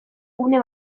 gune